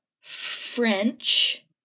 French